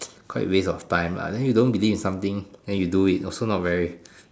quite waste of time ah then you don't believe in something then you do it also not very